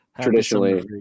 traditionally